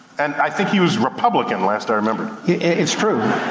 and i think he was republican, last i remembered. it's true.